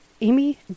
Amy